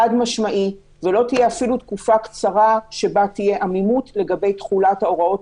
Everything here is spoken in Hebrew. חד-משמעי ולא תהיה אפילו תקופה קצרה שבה תהיה עמימות לגבי תחולת ההוראות